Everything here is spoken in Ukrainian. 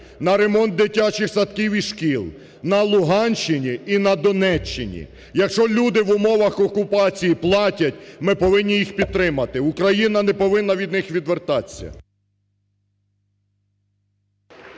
на ремонт дитячих садків і шкіл на Луганщині і на Донеччині. Якщо люди в умовах окупації платять, ми повинні їх підтримати. Україна не повинна від них відвертатися.